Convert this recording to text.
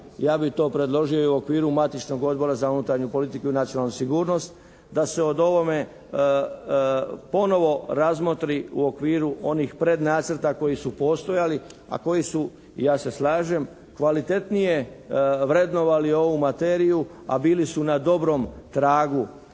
ja bi to predložio i u okviru matičnog Odbora za unutarnju politiku i nacionalnu sigurnost da se o ovome ponovno razmotri u okviru onih prednacrta koji su postojali a koji su i ja se slažem, kvalitetnije vrednovali ovu materiju a bili su na dobrom tragu.